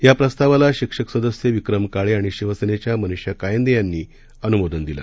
या प्रस्तावाला शिक्षक सदस्य विक्रम काळे आणि शिवसेनेच्या मनीषा कायंदे यांनी अनुमोदन दिलं